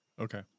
Okay